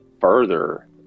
further